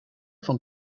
van